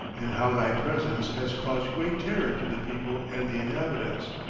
and how thy presence has caused great terror to the people and the inhabitants.